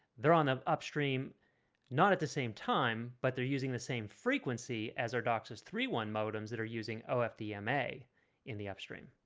they're on the upstream not at the same time, but they're using the same frequency as our doc's as three one modems that are using ofdm a in the upstream